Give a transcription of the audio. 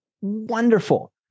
wonderful